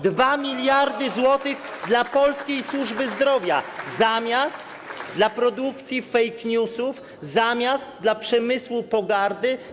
2 mld zł dla polskiej służby zdrowia zamiast dla produkcji fake newsów, zamiast dla przemysłu pogardy.